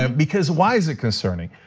um because why is it concerning?